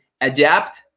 adapt